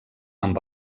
amb